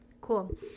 cool